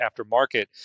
aftermarket